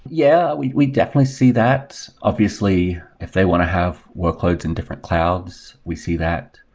yeah. we we definitely see that. obviously, if they want to have workloads in different clouds, we see that.